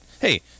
hey